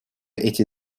эти